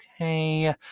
okay